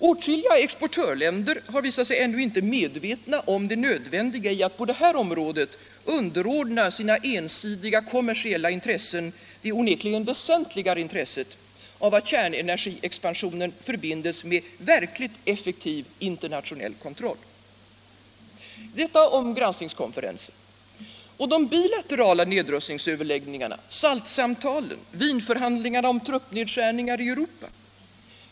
Åtskilliga exportörländer har visat sig ännu inte medvetna om det nödvändiga i att på detta område underordna sina ensidiga kommersiella intressen det onekligen väsentligare intresset av att kärnenergiexpansionen förbinds med verkligt effektiv internationell kontroll. Detta om granskningskonferensen. Och de bilaterala nedrustningsöverläggningarna, SALT-samtalen, Wienförhandlingarna om truppnedskärningar i Europa?